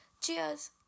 Cheers